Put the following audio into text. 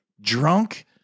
drunk